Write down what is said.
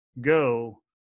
go